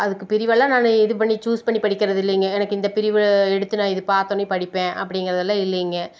அதுக்கு பிரிவெல்லாம் நானு இது பண்ணி சூஸ் பண்ணி படிக்குறதில்லைங்க எனக்கு இந்த பிரிவு எடுத்து நான் இது பார்த்தோன்னே படிப்பேன் அப்படிங்குறதெல்லாம் இல்லைங்க